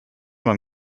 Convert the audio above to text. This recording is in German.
beim